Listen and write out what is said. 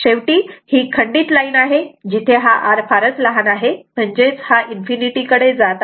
शेवटी ही खंडित लाईन आहे जिथे R फारच लहान आहे म्हणजेच हा इन्फिनिटी कडे जात आहे